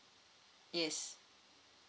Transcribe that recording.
yes